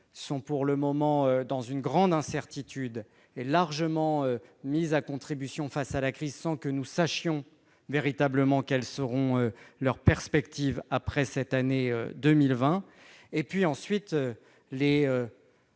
sont pour le moment dans une grande incertitude et largement mises à contribution face à la crise, sans que nous sachions véritablement quelles seront leurs perspectives après 2020. Les deux